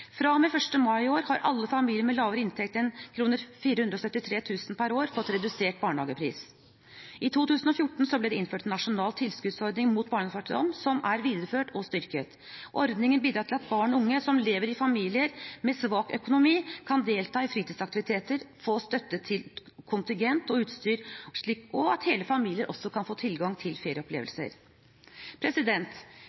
med 1. mai i år har alle familier med lavere inntekt enn 473 000 kr per år fått redusert barnehagepris. I 2014 ble det innført en nasjonal tilskuddsordning mot barnefattigdom, som er videreført og styrket. Ordningen bidrar til at barn og unge som lever i familier med svak økonomi, kan delta i fritidsaktiviteter, få støtte til kontingent og utstyr, og at hele familier også kan få tilgang til